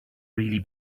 really